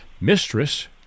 Mistress